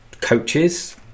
coaches